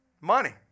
Money